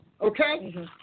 Okay